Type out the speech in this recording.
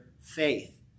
faith